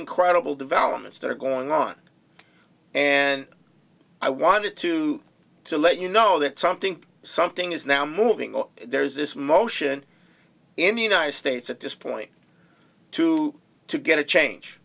incredible developments that are going on and i wanted to to let you know that something something is now moving on there is this motion in the united states at this point to to get a change